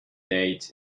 dates